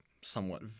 somewhat –